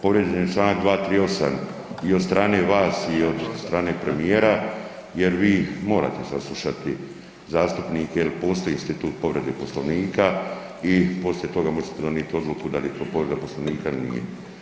Povrijeđen je čl. 238. i od strane vas i od strane premijera jer vi morate saslušati zastupnike jel postoji institut povrede Poslovnika i poslije toga možete donijeti odluku dal je to povreda Poslovnika il nije.